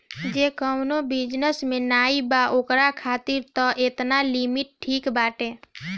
जे कवनो बिजनेस में नाइ बा ओकरा खातिर तअ एतना लिमिट ठीक बाटे